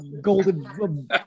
golden